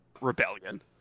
rebellion